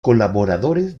colaboradores